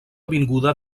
avinguda